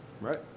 Right